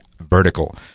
vertical